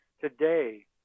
today